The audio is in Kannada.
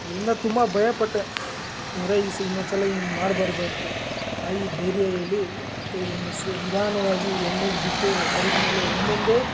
ಇದರಿಂದ ತುಂಬ ಭಯಪಟ್ಟೆ ಅಂದರೆ ಈ ಸ್ ಇನ್ನೊಂದ್ಸಲ ಹಿಂಗ್ ಮಾಡಬಾರ್ದು ಅಂತ ತಾಯಿ ಧೈರ್ಯ ಹೇಳಿ ಮತ್ತೆ ಇದನ್ನು ಮುಗಿಸು ನಿಧಾನವಾಗಿ ಎಣ್ಣೆಗೆ ಬಿಟ್ಟು ಕರಿದ ಮೇಲೆ ಒಂದೊಂದೇ